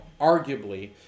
arguably